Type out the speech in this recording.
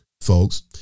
folks